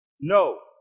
No